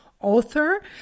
author